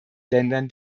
ländern